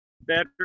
better